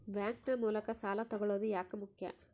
Bank ನ ಮೂಲಕ ಸಾಲ ತಗೊಳ್ಳೋದು ಯಾಕ ಮುಖ್ಯ?